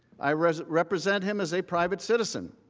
i represent represent him as a private citizen.